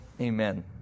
Amen